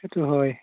সেইটো হয়